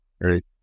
right